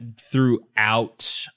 throughout